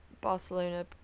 Barcelona